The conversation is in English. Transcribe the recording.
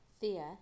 Thea